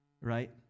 Right